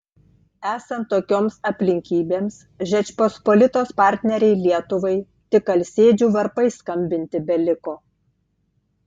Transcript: esant tokioms aplinkybėms žečpospolitos partnerei lietuvai tik alsėdžių varpais skambinti beliko